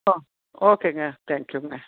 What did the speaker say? ஆ ஒகேங்க தேங்கி யூங்க